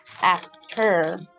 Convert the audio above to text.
actor